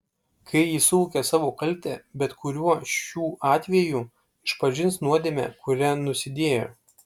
kai jis suvokia savo kaltę bet kuriuo šių atvejų išpažins nuodėmę kuria nusidėjo